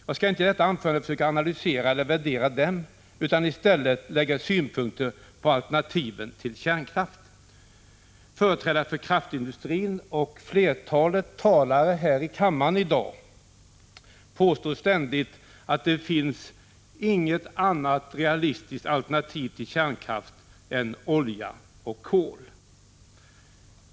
Jag skall inte i detta anförande försöka analysera eller värdera dem, utan i stället anlägga synpunkter på alternativen till kärnkraft. Företrädarna för kraftindustrin och flertalet talare här i kammaren i dag påstår ständigt att det inte finns något annat realistiskt alternativ till kärnkraft än olja och kol.